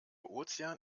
ozean